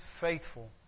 faithful